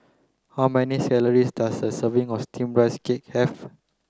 how many does a serving of steamed rice cake have